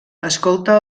escolta